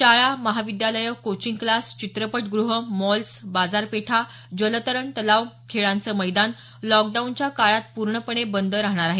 शाळा महाविद्यालयं coaching class चित्रपपट गृह मॉल बाजारपेठा जलतरण तलाव खेळांचे मैदान लॉकडाऊनच्या काळात पूर्णपणे बंद राहणार आहेत